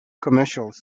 commercials